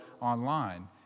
online